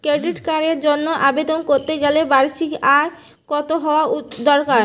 Credit কার্ডের জন্য আবেদন করতে গেলে বার্ষিক আয় কত হওয়া দরকার?